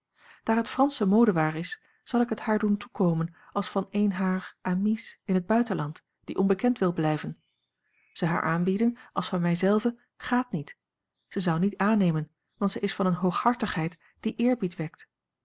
daar het fransche modewaar is zal ik het haar doen toekomen als van eene harer amies in het buitenland die onbekend wil blijven ze haar aanbieden als van mij zelve gaat niet zij zou niet aannemen want zij is van eene hooghartigheid die eerbied wekt